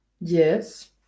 Yes